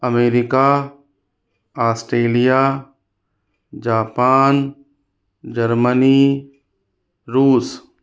America Australia Japan Germany रूस